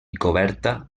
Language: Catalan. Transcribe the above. coberta